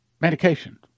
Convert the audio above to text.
medication